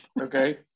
okay